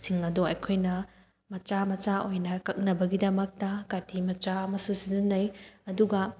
ꯁꯤꯡ ꯑꯗꯣ ꯑꯩꯈꯣꯏꯅ ꯃꯆꯥ ꯃꯆꯥ ꯑꯣꯏꯅ ꯀꯛꯅꯕꯒꯤꯗꯃꯛꯇ ꯀꯥꯇꯤ ꯃꯆꯥ ꯑꯃꯁꯨ ꯁꯤꯖꯟꯅꯩ ꯑꯗꯨꯒ